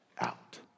out